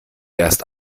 erst